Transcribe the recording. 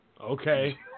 Okay